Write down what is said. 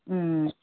ওম